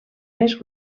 més